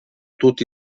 tutti